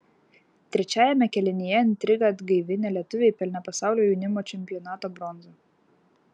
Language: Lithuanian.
trečiajame kėlinyje intrigą atgaivinę lietuviai pelnė pasaulio jaunimo čempionato bronzą